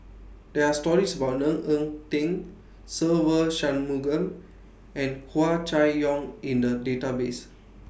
There Are stories about Ng Eng Teng Se Ve Shanmugam and Hua Chai Yong in The Database